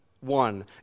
one